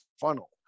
funnel